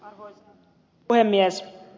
arvoisa puhemies